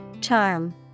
Charm